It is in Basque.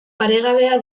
paregabea